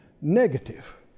negative